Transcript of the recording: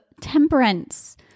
temperance